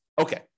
Okay